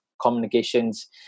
communications